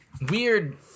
weird